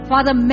Father